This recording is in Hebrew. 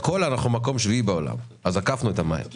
יוזמה של אנשי הבריאות למסות את המשקאות הממותקים.